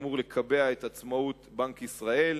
הוא אמור לקבע את עצמאות בנק ישראל,